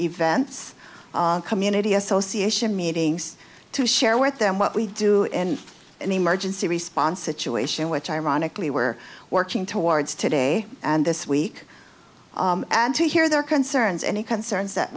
events community association meetings to share with them what we do in an emergency response situation which ironically we're working towards today and this week and to hear their concerns any concerns that